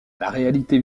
réalité